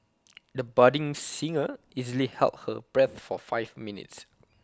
the budding singer easily held her breath for five minutes